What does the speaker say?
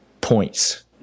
points